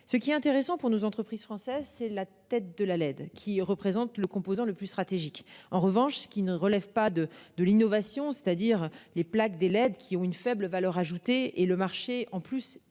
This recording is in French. Ce qui est intéressant pour nos entreprises françaises c'est la tête de la LED qui représente le composant le plus stratégique en revanche qui ne relève pas de de l'innovation, c'est-à-dire les plaques des LED qui ont une faible valeur ajoutée et le marché en plus